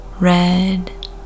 red